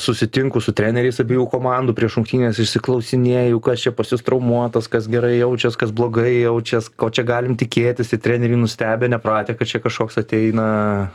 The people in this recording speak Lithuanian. susitinku su treneriais abiejų komandų prieš rungtynes išsiklausinėju kas čia pas jus traumuotas kas gerai jaučias kas blogai jaučias ko čia galim tikėtis ir treneriai nustebę nepratę kad čia kažkoks ateina